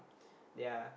yeah